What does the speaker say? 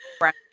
Right